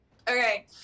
Okay